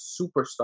superstar